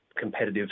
competitive